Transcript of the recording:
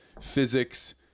physics